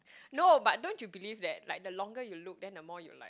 no but don't you believe that like the longer you look the more you like